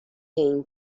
این